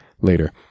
later